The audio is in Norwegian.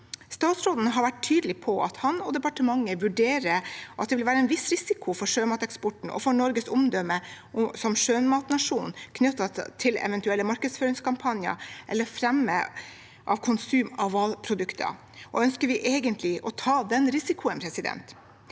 Statsråden har vært tydelig på at han og departementet vurderer at det vil være en viss risiko for sjømateksporten og for Norges omdømme som sjømatnasjon knyttet til eventuelle markedsføringskampanjer eller fremme av konsum av hvalprodukter. Ønsker vi egentlig å ta den risikoen? Selv